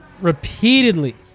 repeatedly